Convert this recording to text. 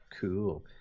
cool